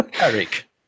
Eric